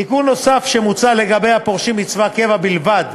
תיקון נוסף שמוצע, לגבי הפורשים מצבא קבע בלבד,